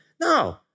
No